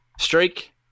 Streak